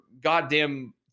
goddamn